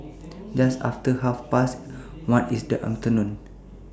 Just after Half Past one in The afternoon